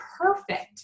perfect